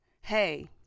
hey